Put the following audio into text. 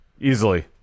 Easily